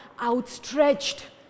outstretched